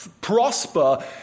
prosper